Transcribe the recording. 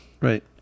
Right